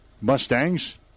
Mustangs